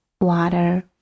water